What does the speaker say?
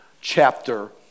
chapter